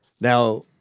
Now